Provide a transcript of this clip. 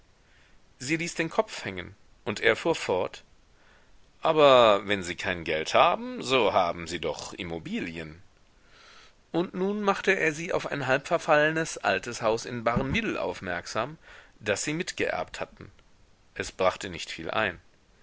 sie ließ den kopf hängen und er fuhr fort aber wenn sie kein geld haben so haben sie doch immobilien und nun machte er sie auf ein halbverfallenes altes haus in barneville aufmerksam das sie mit geerbt hatten es brachte nicht viel ein